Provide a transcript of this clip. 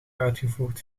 uitgevoerd